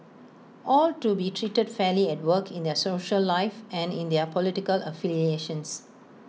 all to be treated fairly at work in their social life and in their political affiliations